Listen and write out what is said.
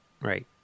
right